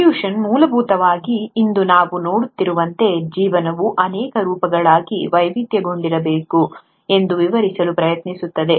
evolution ಮೂಲಭೂತವಾಗಿ ಇಂದು ನಾವು ನೋಡುತ್ತಿರುವಂತೆ ಜೀವನವು ಅನೇಕ ರೂಪಗಳಾಗಿ ವೈವಿಧ್ಯಗೊಂಡಿರಬೇಕು ಎಂದು ವಿವರಿಸಲು ಪ್ರಯತ್ನಿಸುತ್ತದೆ